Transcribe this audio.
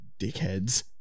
dickheads